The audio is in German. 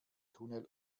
tunnel